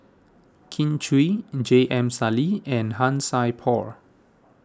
Kin Chui and J M Sali and Han Sai Por